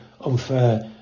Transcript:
unfair